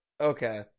okay